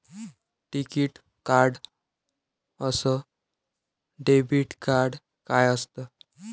टिकीत कार्ड अस debit card काय असत?